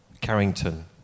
Carrington